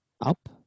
up